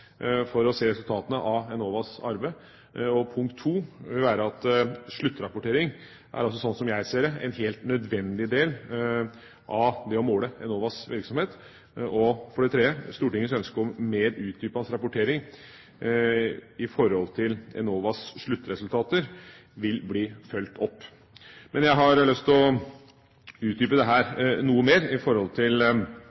for å se resultatene av Enovas arbeid. For det andre vil sluttrapportering, slik som jeg ser det, være en helt nødvendig del av det å måle Enovas virksomhet. Og for det tredje vil Stortingets ønske om mer utdypende rapportering i forhold til Enovas sluttresultater bli fulgt opp. Men jeg har lyst til å utdype